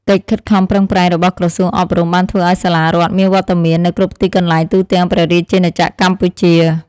កិច្ចខិតខំប្រឹងប្រែងរបស់ក្រសួងអប់រំបានធ្វើឱ្យសាលារដ្ឋមានវត្តមាននៅគ្រប់ទីកន្លែងទូទាំងព្រះរាជាណាចក្រ។